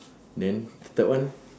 then third one